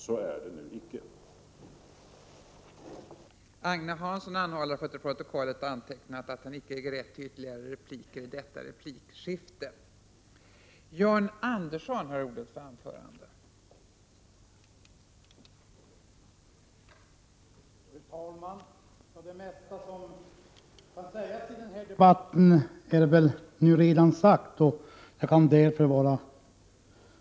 Så är nu icke fallet.